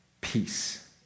peace